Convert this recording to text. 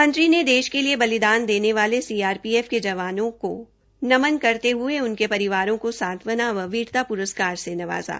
मंत्री ने देश के लिए बलिदान देने वाले सीआरपीएफ के जवानों को नमन करते हये उनके परिजनों को सांत्वना व वीरता पुरस्कार से नवाज़ा